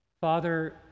Father